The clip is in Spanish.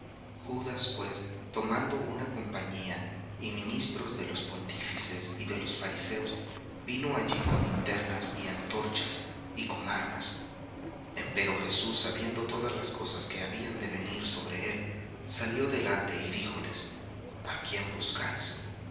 judas pues tomando una compañía y ministros de los pontífices y de los fariseos vino allí con linternas y antorchas y con armas empero jesús sabiendo todas las cosas que habían de venir sobre él salió delante y díjoles a quién buscáis